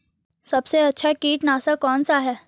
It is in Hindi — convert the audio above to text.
सबसे अच्छा कीटनाशक कौनसा है?